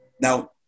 Now